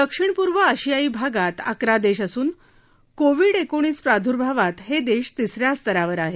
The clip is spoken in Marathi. दक्षिण पूर्व आशियाई भगात अकरा देश असून कोविड एकोणीस प्रादुर्भावात हे देश तिस या स्तरावर आहेत